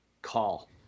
call